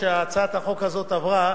כשהצעת החוק הזאת עברה,